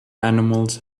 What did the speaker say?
animals